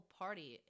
party